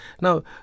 Now